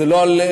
זה לא לרצוני,